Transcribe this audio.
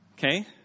Okay